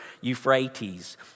Euphrates